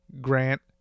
Grant